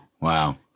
Wow